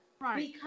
right